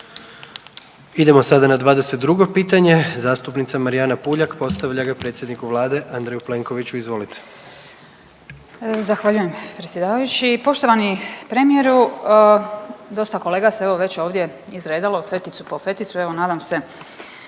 Idemo sada na 22 pitanje, zastupnica Marijana Puljak postavlja ga predsjedniku vlade Andreju Plenkoviću. Izvolite. **Puljak, Marijana (Centar)** Zahvaljujem predsjedavajući. Poštovani premijeru dosta kolega se evo već ovdje izredalo, feticu po feticu evo nadam se,